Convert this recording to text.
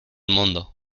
mundo